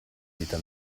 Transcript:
vita